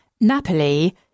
Napoli